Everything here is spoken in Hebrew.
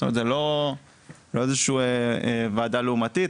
זאת אומרת זה לא איזו שהיא ועדה לעומתית.